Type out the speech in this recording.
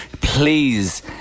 please